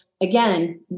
again